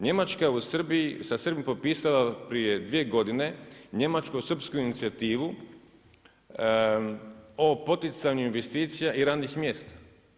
Njemačka je u Srbiji, sa Srbijom potpisala prije 2 godine Njemačko-srpsku inicijativu o poticanju investicija i radnih mjesta.